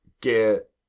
get